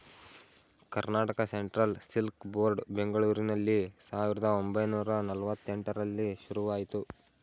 Karnataka central silk board ಬೆಂಗಳೂರಿನಲ್ಲಿ ಸಾವಿರದ ಒಂಬೈನೂರ ನಲ್ವಾತ್ತೆಂಟರಲ್ಲಿ ಶುರುವಾಯಿತು